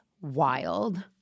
wild